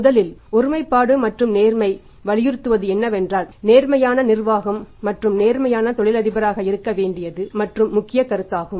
முதலில் ஒருமைப்பாடு மற்றும் நேர்மை வலியுறுத்துவது என்னவென்றால் நேர்மையான நிர்வாகம் மற்றும் நேர்மையான தொழிலதிபராக இருக்க வேண்டியது முதல் மற்றும் முக்கிய கருத்தாகும்